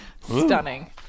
Stunning